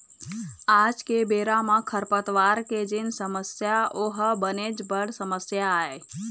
आज के बेरा म खरपतवार के जेन समस्या ओहा बनेच बड़ समस्या आय